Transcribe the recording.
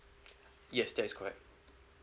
yes that is correct